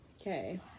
Okay